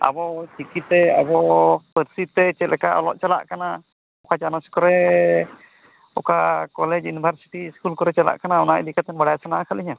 ᱟᱵᱚ ᱪᱤᱠᱤᱛᱮ ᱟᱵᱚ ᱯᱟᱹᱨᱥᱤ ᱛᱮ ᱪᱮᱫ ᱞᱮᱠᱟ ᱚᱞᱚᱜ ᱪᱟᱞᱟᱜ ᱠᱟᱱᱟ ᱚᱠᱟ ᱪᱟᱱᱟᱪ ᱠᱚᱨᱮ ᱚᱠᱟ ᱠᱚᱞᱮᱡᱽ ᱭᱩᱱᱤᱵᱷᱟᱨᱥᱤᱴᱤ ᱥᱠᱩᱞ ᱠᱚᱨᱮᱜ ᱪᱟᱞᱟᱜ ᱠᱟᱱᱟ ᱚᱱᱟ ᱤᱫᱤ ᱠᱟᱛᱮᱫ ᱵᱟᱲᱟᱭ ᱥᱟᱱᱟ ᱠᱟᱫ ᱞᱤᱧᱟᱹ